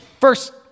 First